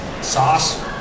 sauce